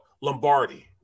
Lombardi